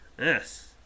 Yes